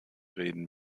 reden